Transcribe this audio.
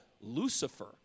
Lucifer